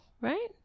right